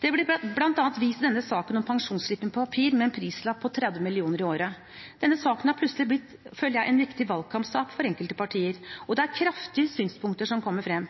Det blir bl.a. vist til denne saken om pensjonsslippen på papir med en prislapp på 30 mill. kr i året. Denne saken har plutselig blitt, føler jeg, en viktig valgkampsak for enkelte partier, og det er kraftige synspunkter som kommer frem.